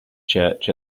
church